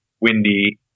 windy